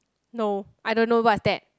no I don't know what is that